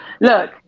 look